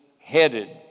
headed